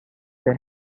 they